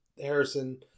Harrison